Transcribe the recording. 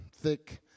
thick